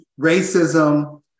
racism